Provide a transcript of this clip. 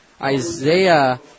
Isaiah